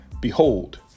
Behold